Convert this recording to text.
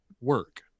work